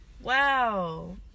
Wow